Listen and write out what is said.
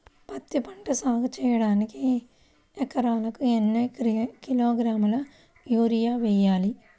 పత్తిపంట సాగు చేయడానికి ఎకరాలకు ఎన్ని కిలోగ్రాముల యూరియా వేయాలి?